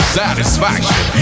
satisfaction